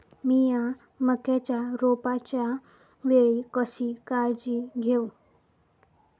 मीया मक्याच्या रोपाच्या वेळी कशी काळजी घेव?